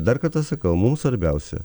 dar kartą sakau mums svarbiausia